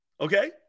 okay